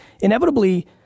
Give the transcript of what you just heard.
inevitably